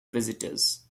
visitors